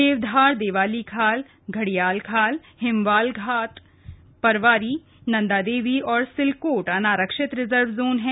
देवधार देवालीखाल घडियालखाल हिमवालघाट परवारी नंदादेवी और सिलकोट अनारक्षित reserve zone है